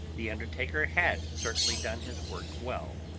the undertaker had certainly done his work well,